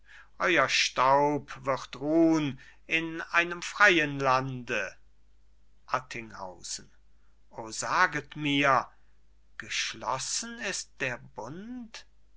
euer staub wird ruhn in einem freien lande attinghausen o saget mir geschlossen ist der bund